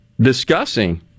discussing